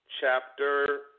chapter